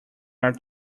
are